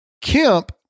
Kemp